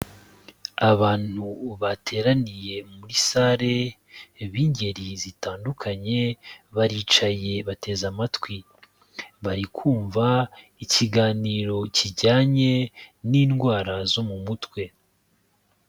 Abantu bateraniye muri salle b'ingeri zitandukanye baricaye bateze amatwi, bari kumva ikiganiro kijyanye n'indwara zo mu mutwe.